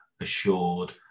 assured